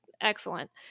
excellent